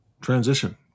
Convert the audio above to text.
Transition